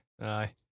Aye